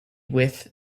with